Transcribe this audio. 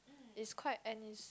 it's quite and it's